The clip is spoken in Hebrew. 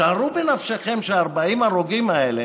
שערו בנפשכם ש-40 ההרוגים האלה,